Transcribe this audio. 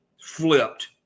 flipped